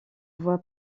voie